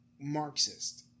Marxist